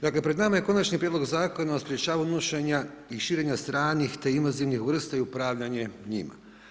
Dakle, pred nama je Konačni prijedlog zakona o sprječavanju unošenja i širenja stranih, te invazivnih vrsta i upravljanje njima.